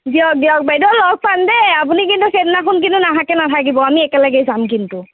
দিয়ক দিয়ক বাইদেউ লগ পাম দেই আপুনি কিন্তু সেইদিনাখন কিন্তু নাহাকে নাথাকিব আমি একেলগেই যাম কিন্তু